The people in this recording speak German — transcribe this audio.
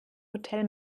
hotel